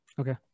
Okay